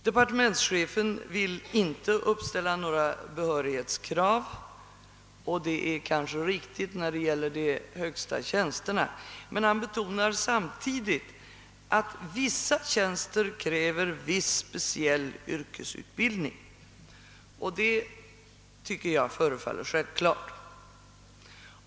Departementschefen vill inte uppställa några behörighetskrav och det är kanske riktigt när det gäller topptjänsten, men han betonar samtidigt, att vissa tjänster kräver viss speciell yrkesutbildning, och det förefaller mig självklart.